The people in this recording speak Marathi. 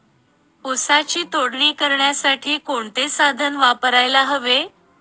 ऊसाची तोडणी करण्यासाठी कोणते साधन वापरायला हवे?